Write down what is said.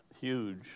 huge